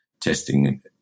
testing